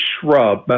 shrub